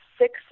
six